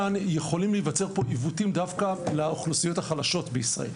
יכולים להיווצר כאן עיוותים דווקא לאוכלוסיות החלשות בישראל.